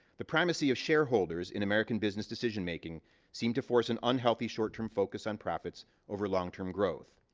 the primacy of shareholders in american business decision-making seemed to force an unhealthy, short-term focus on profits over long-term growth.